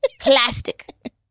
Plastic